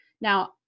Now